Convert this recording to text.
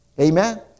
Amen